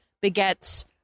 begets